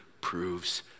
proves